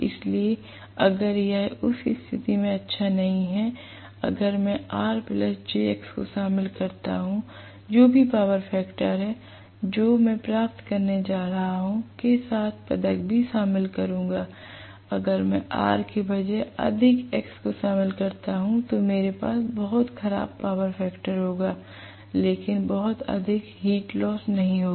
इसलिए अगर यह उस स्थिति में अच्छा नहीं है अगर मैं R और jX को शामिल करता हूं जो भी पावर फैक्टर है जो मैं प्राप्त करने जा रहा हूं के साथ पदक भी हासिल करूंगा अगर मैं R के बजाय अधिक X को शामिल करता हूं तो मेरे पास बहुत खराब पावर फैक्टर होगा लेकिन बहुत अधिक हीट लॉस नहीं होगी